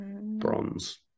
Bronze